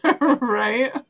Right